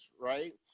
Right